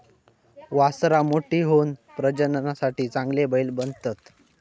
वासरां मोठी होऊन प्रजननासाठी चांगले बैल बनतत